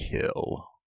kill